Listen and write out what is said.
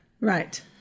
Right